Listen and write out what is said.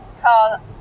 car